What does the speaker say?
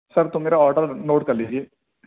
سر تو میرا order note کر لیجیے